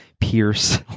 Pierce